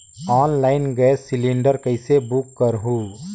Online gas cylinder कइसे book करहु?